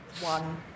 one